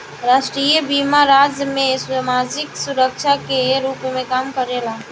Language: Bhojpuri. राष्ट्रीय बीमा राज्य में सामाजिक सुरक्षा के रूप में काम करेला